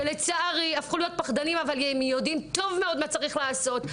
שלצערי הפכו להיות פחדנים אבל הם יודעים טוב מאוד מה צריך לעשות.